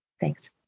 Thanks